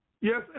Yes